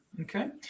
Okay